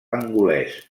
angolès